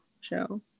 show